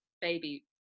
baby